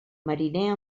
mariner